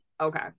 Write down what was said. Okay